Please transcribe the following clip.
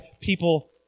people